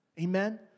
Amen